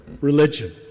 religion